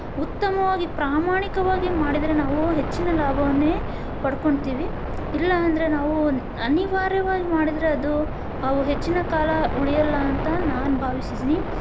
ಉತ್ತಮವಾಗಿ ಪ್ರಾಮಾಣಿಕವಾಗಿ ಮಾಡಿದರೆ ನಾವು ಹೆಚ್ಚಿನ ಲಾಭವನ್ನೇ ಪಡ್ಕೊಳ್ತಿವಿ ಇಲ್ಲಾಂದರೆ ನಾವು ಅನಿವಾರ್ಯವಾಗಿ ಮಾಡಿದರೆ ಅದು ಅವು ಹೆಚ್ಚಿನ ಕಾಲ ಉಳಿಯೋಲ್ಲ ಅಂತ ನಾನು ಭಾವಿಸಿದ್ದೀನಿ